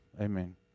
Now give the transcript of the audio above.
Amen